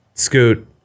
scoot